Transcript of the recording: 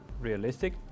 realistic